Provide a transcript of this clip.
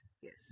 yes